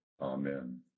Amen